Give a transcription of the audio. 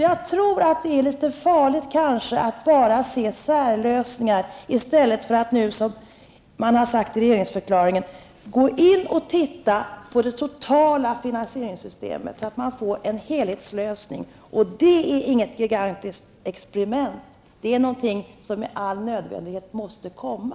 Jag tror alltså att det är litet farligt att bara se särlösningar, i stället för att nu, som sades i regeringsförklaringen, gå in och titta på det totala finansieringssystemet, så att man får en helhetslösning. Det är inget gigantiskt experiment, utan det är någonting som med all nödvändighet måste komma.